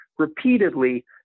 repeatedly